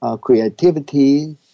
creativity